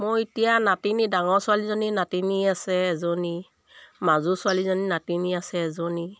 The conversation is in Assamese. মই এতিয়া নাতিনী ডাঙৰ ছোৱালীজনী নাতিনী আছে এজনী মাজু ছোৱালীজনী নাতিনী আছে এজনী